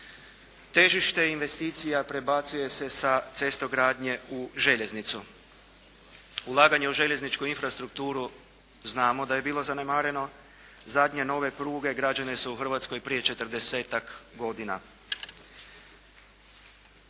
težište investicija prebacuje se sa cestogradnje u željeznicu. Ulaganje u željezničku infrastrukturu znamo da je bilo zanemareno. Zadnje nove pruge građene su u Hrvatskoj prije 40.-tak godina.